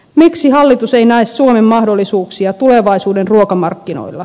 miksi hallitus ei näe suomen mahdollisuuksia tulevaisuuden ruokamarkkinoilla